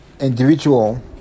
individual